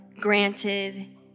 granted